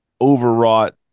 overwrought